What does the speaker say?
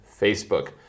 Facebook